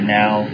now